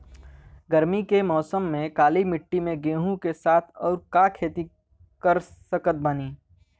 गरमी के मौसम में काली माटी में गेहूँ के साथ और का के खेती कर सकत बानी?